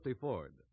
Ford